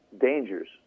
dangers